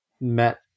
met